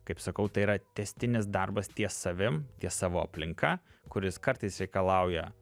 kaip sakau tai yra tęstinis darbas ties savim ties savo aplinka kuris kartais reikalauja